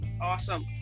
Awesome